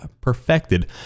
perfected